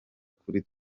kuri